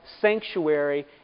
sanctuary